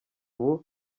ubu